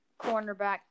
Cornerback